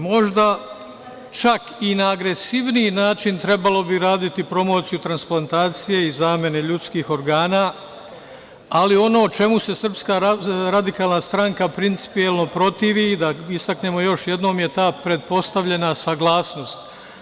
Možda čak i na agresivniji način trebalo bi raditi promociju transplantacije i zamene ljudskih organa, ali ono o čemu se SRS principijelno protivi je, da istaknemo još jednom, ta pretpostavljena saglasnost.